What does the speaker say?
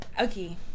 Okay